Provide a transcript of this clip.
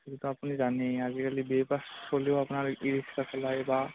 সেইটোতো আপুনি জানেই আজিকালি বি এ পাছ কৰিলেও আপোনাৰ ই ৰিক্সা চলায় বা